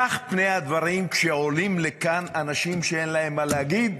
כך פני הדברים כשעולים לכאן אנשים שאין להם מה להגיד,